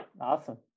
Awesome